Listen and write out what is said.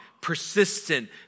persistent